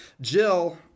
Jill